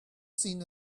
seen